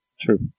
True